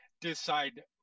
decide